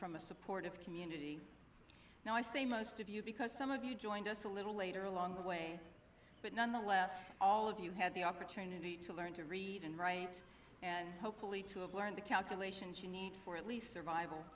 from a supportive community now i say most of you because some of us a little later along the way but nonetheless all of you had the opportunity to learn to read and write and hopefully to learn the calculations you need for at least survival